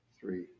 Three